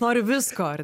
noriu visko ar